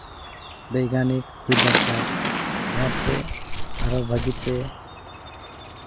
ᱵᱳᱭᱜᱟᱱᱤᱠ ᱦᱩᱭ ᱫᱚᱨᱠᱟᱨ ᱡᱟᱦᱟᱸᱛᱮ ᱟᱨᱦᱚᱸ ᱵᱷᱟᱹᱜᱤᱛᱮ